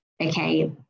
okay